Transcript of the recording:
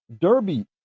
Derby